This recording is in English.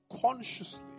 consciously